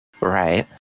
Right